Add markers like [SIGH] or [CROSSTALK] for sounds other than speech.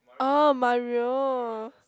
[NOISE] Mario